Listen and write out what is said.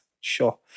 Sure